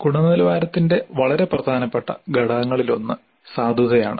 ഗുണനിലവാരത്തിന്റെ വളരെ പ്രധാനപ്പെട്ട ഘടകങ്ങളിലൊന്ന് സാധുതയാണ്